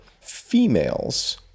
females